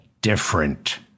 different